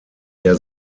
der